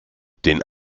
den